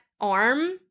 arm